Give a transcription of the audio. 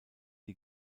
die